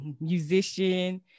musician